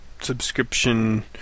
subscription